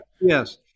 Yes